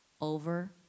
over